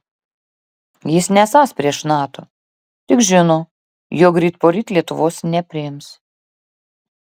jis nesąs prieš nato tik žino jog ryt poryt lietuvos nepriims